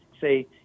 say